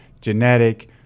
genetic